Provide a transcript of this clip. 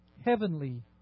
heavenly